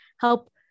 help